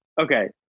Okay